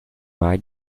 mai